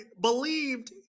believed